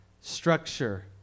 structure